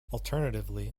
alternatively